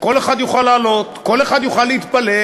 שכל אחד יוכל לעלות, כל אחד יוכל להתפלל.